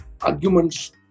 arguments